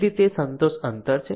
તેથી તે સંતોષ અંતર છે